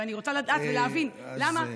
אני רוצה לדעת ולהבין למה